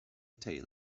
tail